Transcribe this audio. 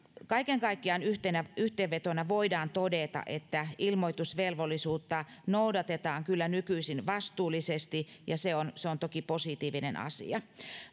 kaiken kaikkiaan yhteenvetona voidaan todeta että ilmoitusvelvollisuutta noudatetaan kyllä nykyisin vastuullisesti ja se on se on toki positiivinen asia